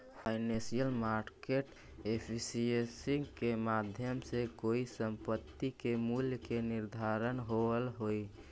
financial market efficiency के माध्यम से कोई संपत्ति के मूल्य के निर्धारण होवऽ हइ